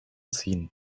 ziehen